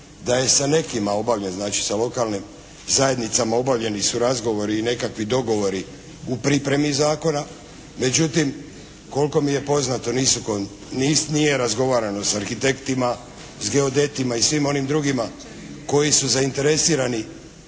da je sa nekima obavljen, znači sa lokalnim zajednicama obavljeni su razgovori i nekakvi dogovori u pripremi zakona. Međutim, koliko mi je poznato nije razgovarano s arhitektima, s geodetima i svima onim drugima koji su zainteresirani